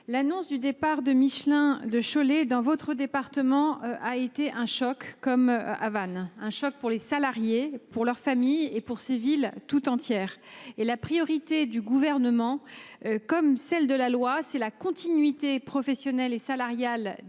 l’annonce du départ de Michelin de Cholet, dans votre département, a été un choc, comme à Vannes. Ce fut un choc pour les salariés, pour leurs familles et pour ces villes tout entières. La priorité du Gouvernement est bien celle de la loi : la continuité professionnelle et salariale